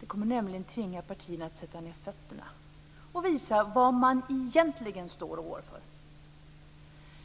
Det kommer nämligen att tvinga partierna att sätta ned fötterna och visa var man egentligen står och vad man går för.